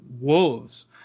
Wolves